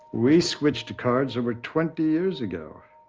we switched to cards over twenty years ago.